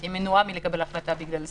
תהיה מנועה מלקבל החלטה בגלל זה.